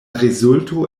rezulto